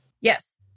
Yes